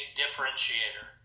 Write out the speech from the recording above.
differentiator